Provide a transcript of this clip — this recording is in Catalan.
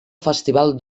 festival